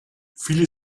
viele